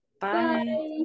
bye